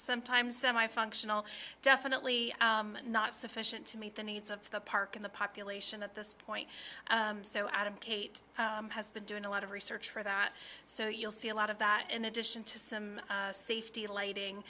sometimes semi functional definitely not sufficient to meet the needs of the park in the population at this point so adam kate has been doing a lot of research for that so you'll see a lot of that in addition to some safety lighting